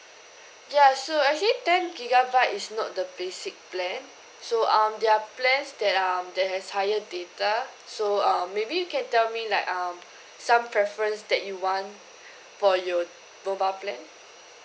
ya so actually ten gigabyte is not the basic plan so um there are plans that are that has higher data so um maybe you can tell me like um some preference that you want for your mobile plan